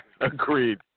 Agreed